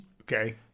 okay